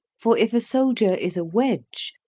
for, if a soldier is a wedge,